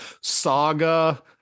saga